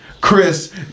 Chris